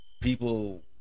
people